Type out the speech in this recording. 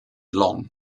long